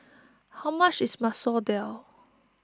how much is Masoor Dal